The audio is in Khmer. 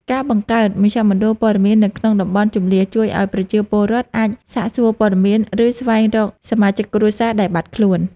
ការបង្កើតមជ្ឈមណ្ឌលព័ត៌មាននៅក្នុងតំបន់ជម្លៀសជួយឱ្យប្រជាពលរដ្ឋអាចសាកសួរព័ត៌មាន ឬស្វែងរកសមាជិកគ្រួសារដែលបាត់ខ្លួន។